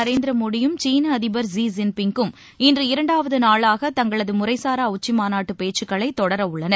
நரேந்திர மோடியும் சீன அதிபர் லீ ஜின்பிங்கும் இன்று இரண்டாவது நாளாக தங்களது முறைசாரா உச்சிமாநாட்டுப் பேச்சுக்களை தொடரவுள்ளனர்